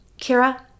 Kira